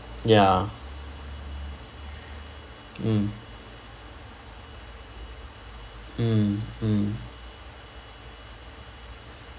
ya mm mm mm